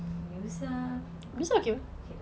musa okay lah